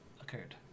occurred